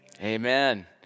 amen